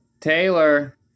Taylor